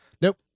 Nope